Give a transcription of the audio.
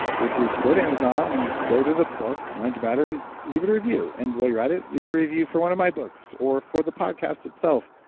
which is go to amazon and go to the book mind to matter and leave a review. and while you're at it, leave a review for one of my books or for the podcast itself.